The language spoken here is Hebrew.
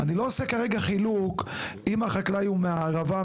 אני לא עושה כרגע חילוק אם החקלאי הוא מהערבה,